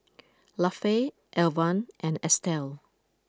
Lafe Alvan and Estelle